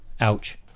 Ouch